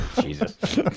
Jesus